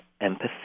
empathy